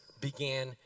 began